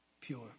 pure